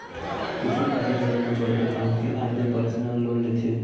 कुछु काही घर म बड़का काम के आय ले परसनल लोन लेथे